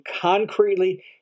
concretely